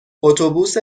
اتوبوس